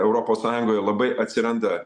europos sąjungoje labai atsiranda